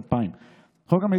51. חוק לימוד